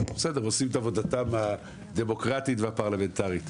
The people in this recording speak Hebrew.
בסדר, הם עושים את עבודתם הדמוקרטית והפרלמנטרית.